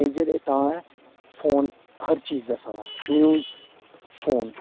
major एह् तां ऐ फोन हर चीज़ दस्सा दा न्यूज़ फोन